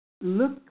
Look